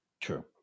true